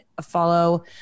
Follow